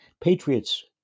Patriots